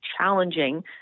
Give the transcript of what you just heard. challenging